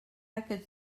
aquests